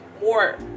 more